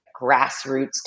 grassroots